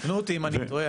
תקנו אותי אם אני טועה,